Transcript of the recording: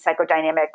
psychodynamic